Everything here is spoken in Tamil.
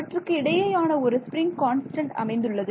அவற்றுக்கு இடையேயான ஒரு ஸ்ப்ரிங் கான்ஸ்டன்ட் அமைந்துள்ளது